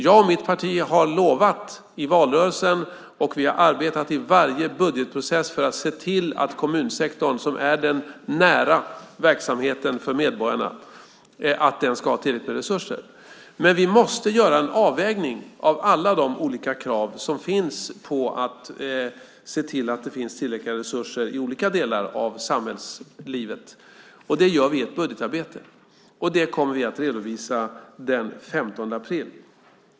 Jag och mitt parti har i valrörelsen lovat och i varje budgetprocess arbetat för att se till att kommunsektorn, som är den nära verksamheten för medborgarna, ska ha tillräckligt med resurser. Men vi måste göra en avvägning mellan alla de krav som finns på att det ska finnas tillräckliga resurser i olika delar av samhällslivet. Detta gör vi i ett budgetarbete, och vi kommer att redovisa det den 15 april.